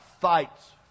fights